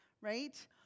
right